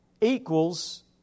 equals